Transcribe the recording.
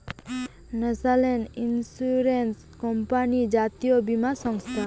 national insurance company জাতীয় বীমা সংস্থা